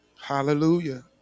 hallelujah